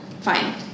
Fine